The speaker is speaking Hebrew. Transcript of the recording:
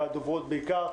והדוברות בעיקר,